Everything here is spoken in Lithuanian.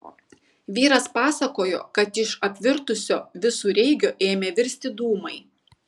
vyras pasakojo kad iš apvirtusio visureigio ėmė virsti dūmai